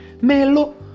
Melo